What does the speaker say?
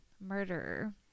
murderer